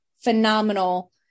phenomenal